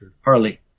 Harley